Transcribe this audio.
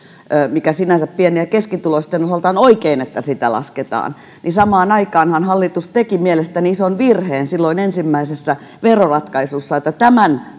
mikä sinänsä pieni ja keskituloisten osalta on oikein että sitä lasketaan niin samaan aikaanhan hallitus teki mielestäni ison virheen silloin ensimmäisessä veroratkaisussa tämän